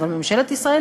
אבל ממשלת ישראל,